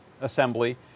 assembly